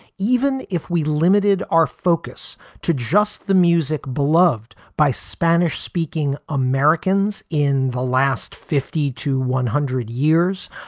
even if we limited our focus to just the music, beloved by spanish speaking americans in the last fifty to one hundred years,